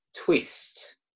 twist